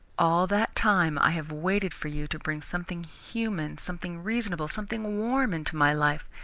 all that time i have waited for you to bring something human, something reasonable, something warm into my life,